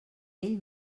ell